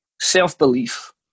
self-belief